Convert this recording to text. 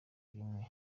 rimwe